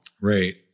Right